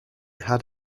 had